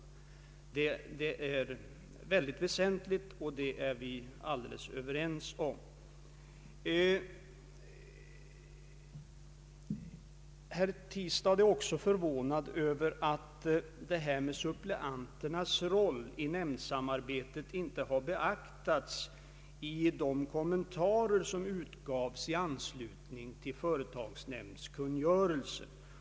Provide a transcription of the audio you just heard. Det är mycket väsentligt, och det är vi helt överens om. Herr Tistad är också förvånad över att suppleanternas roll i nämndsamarbetet inte har beaktats i de kommenta rer som utgavs i anslutning till företagsnämndskungörelsen.